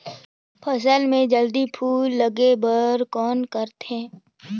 फसल मे जल्दी फूल लगे बर कौन करथे?